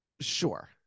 Sure